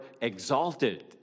exalted